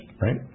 right